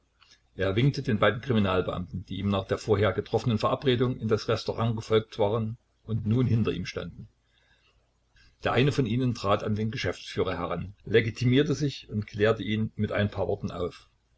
er winkte den beiden kriminalbeamten die ihm nach der vorher getroffenen verabredung in das restaurant gefolgt waren und nun hinter ihm standen der eine von ihnen trat an den geschäftsführer heran legitimierte sich und klärte ihn mit ein paar worten auf